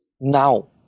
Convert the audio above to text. now